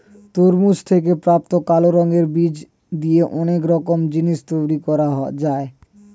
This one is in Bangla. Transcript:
তরমুজ থেকে প্রাপ্ত কালো রঙের বীজ দিয়ে অনেক রকমের জিনিস তৈরি করা যায়